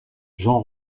jean